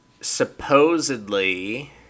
supposedly